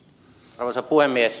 arvoisa puhemies